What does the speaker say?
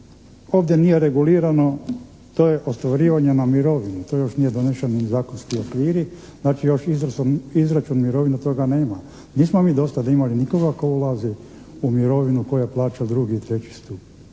ovdje nije regulirano, to je ostvarivanje na mirovinu, to još nije donešen zakonski okvir. Znači, još izračun mirovina, toga nema. Nismo mi dosad imali nikoga tko ulazi u mirovinu, tko je plaćao prvi, drugi i treći stupanj.